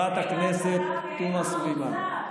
חברת הכנסת תומא סלימאן.